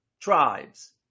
tribes